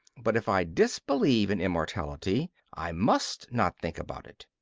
but if i disbelieve in immortality i must not think about it.